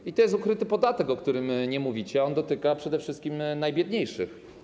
I to jest ukryty podatek, o którym nie mówicie, a on dotyka przede wszystkim najbiedniejszych.